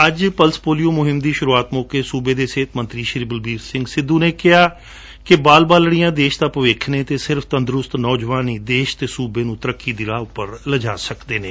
ਅੱਜ pulse polio ਮਹਿਮ ਦੀ ਸ਼ੁਰੂਆਤ ਮੌਕੇ ਸੂਬੇ ਦੇ ਸਿਹਤ ਮੰਤਰੀ ਸ਼ੂੀ ਬਲਬੀਰ ਸਿੰਘ ਸਿੱਧੂ ਨੇ ਕਿਹਾ ਕਿ ਬਾਲ ਬਾਲਤੀਆਂ ਦੇਸ਼ ਦਾ ਭਵਿੱਖ ਨੇ ਅਤੇ ਸਿਰਫ ਤੰਦਰੁਸਤ ਨੌਜਵਾਨ ਹੀ ਦੇਸ਼ ਅਤੇ ਸੁਬੇ ਨੂੰ ਤਰੱਕੀ ਦੀ ਰਾਹ ਤੇ ਲੈਜਾ ਸਕਦੇ ਨੇ